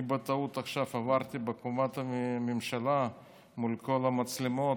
אני בטעות עכשיו עברתי בקומת הממשלה מול כל המצלמות,